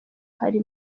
hari